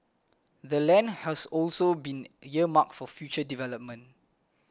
the land has also been earmarked for future development